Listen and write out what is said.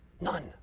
None